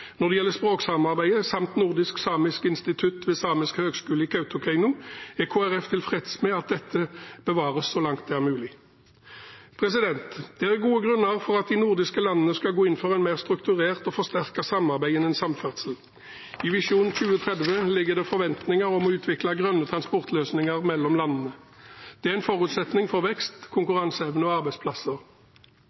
Når det gjelder språksamarbeidet, samt Nordisk Samisk Institutt ved Samisk høgskole i Kautokeino, er Kristelig Folkeparti tilfreds med at dette bevares så langt det er mulig. Det er gode grunner for at de nordiske landene skal gå inn for et mer strukturert og forsterket samarbeid innen samferdsel. I Visjon 2030 ligger det forventninger om å utvikle grønne transportløsninger mellom landene. Det er en forutsetning for vekst, konkurranseevne og arbeidsplasser.